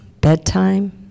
bedtime